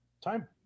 time